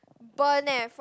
burn leh from